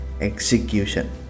execution